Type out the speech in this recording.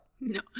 No